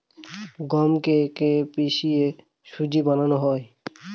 গমকে কে পিষে সুজি বানানো হয়